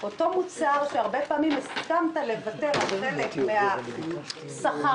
אותו מוצר שפעמים רבות הסכמת לוותר על חלק מן השכר